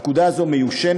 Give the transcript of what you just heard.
הפקודה הזאת מיושנת,